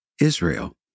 Israel